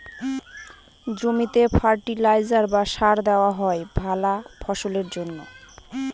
জমিতে ফার্টিলাইজার বা সার দেওয়া হয় ভালা ফসলের জন্যে